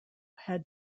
had